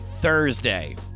Thursday